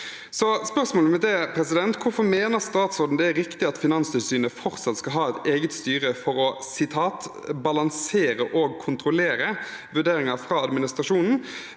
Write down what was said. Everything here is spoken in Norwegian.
Hvorfor mener statsråden det er riktig at Finanstilsynet fortsatt skal ha et eget styre for å «balansere og kontrollere» vurderingen fra administrasjonen,